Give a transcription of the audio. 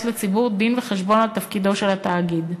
לציבור דין-וחשבון על תפקודו של התאגיד.